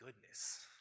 goodness